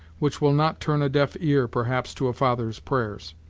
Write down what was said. which will not turn a deaf ear, perhaps, to a father's prayers.